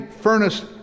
furnace